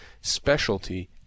specialty